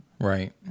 right